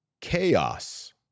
chaos